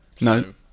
No